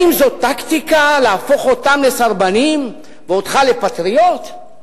האם זו טקטיקה להפוך אותם לסרבנים ואותך לפטריוט?